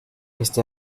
este